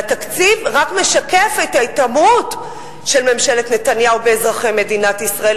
והתקציב רק משקף את ההתעמרות של ממשלת נתניהו באזרחי מדינת ישראל,